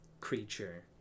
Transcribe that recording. creature